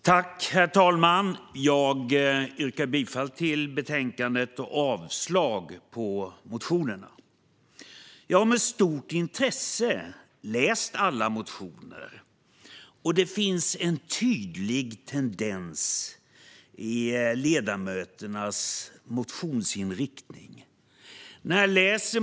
Herr talman! Jag yrkar bifall till förslaget i betänkandet och avslag på motionerna. Jag har med stort intresse läst alla motioner och sett en tydlig tendens i ledamöternas motionsinriktning.